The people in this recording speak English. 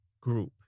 group